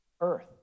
earth